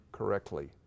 correctly